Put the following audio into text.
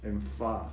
and far